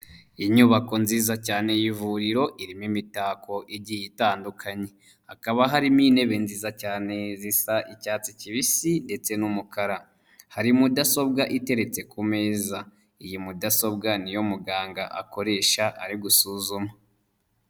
Inyubako nziza cyane y'ivuriro irimo imitako igiye itandukanye, hakaba harimo intebe nziza cyane zisa icyatsi kibisi ndetse n'umukara, hari mudasobwa iteretse ku meza, iyi mudasobwa niyo muganga akoresha ari gusuzuma.